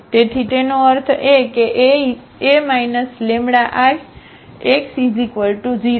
તેથી તેનો અર્થ એ કે A λIx0